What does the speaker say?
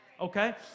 okay